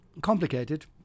Complicated